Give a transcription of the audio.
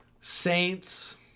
Saints